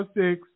six